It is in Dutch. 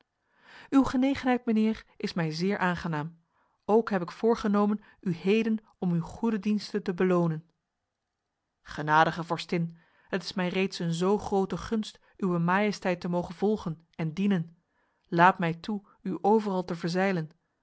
uw genegenheid mijnheer is mij zeer aangenaam ook heb ik voorgenomen u heden om uw goede diensten te belonen genadige vorstin het is mij reeds een zo grote gunst uwe majesteit te mogen volgen en dienen laat mij toe u overal te verzeilen